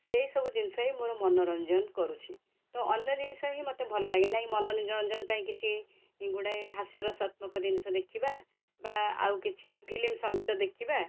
ସେଇସବୁ ଜିନିଷ ହିଁ ମୋର ମନୋରଞ୍ଜନ କରୁଛି ତ ଅନ୍ୟ ଜିନିଷ ବି ମତେ ଭଲ ଲାଗେ ନାଇଁ ମନୋରଞ୍ଜନ ପାଇଁ କିଛି ଗୁଡ଼ାଏ ହାସ୍ୟରସାତ୍ମକ ଜିନିଷ ଦେଖିବା ବା ଆଉ କିଛି ଫିଲ୍ମ ସଙ୍ଗୀତ ଦେଖିବା